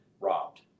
robbed